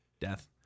death